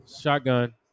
Shotgun